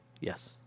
yes